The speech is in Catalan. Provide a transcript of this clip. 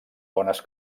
bones